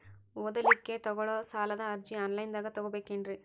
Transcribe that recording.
ಓದಲಿಕ್ಕೆ ತಗೊಳ್ಳೋ ಸಾಲದ ಅರ್ಜಿ ಆನ್ಲೈನ್ದಾಗ ತಗೊಬೇಕೇನ್ರಿ?